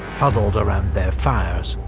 huddled around their fires.